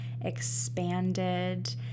expanded